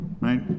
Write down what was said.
Right